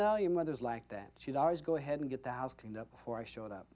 know you mothers like that should always go ahead and get the house cleaned up before i showed up